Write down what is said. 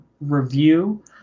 review